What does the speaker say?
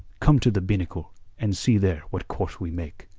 come to the binnacle and see there what course we make.